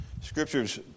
Scripture's